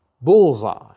bullseye